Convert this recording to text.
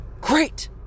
great